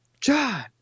John